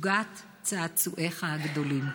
תוגת צעצועיך הגדולים".